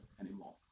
anymore